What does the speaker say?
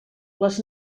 les